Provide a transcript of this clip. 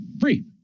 free